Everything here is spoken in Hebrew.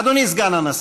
אדוני סגן הנשיא,